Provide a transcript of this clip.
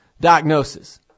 diagnosis